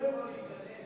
אסור לו להיכנס,